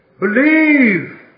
Believe